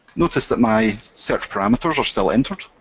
notice that my search parameters are still entered,